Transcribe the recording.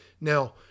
Now